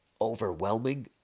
overwhelming